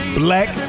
black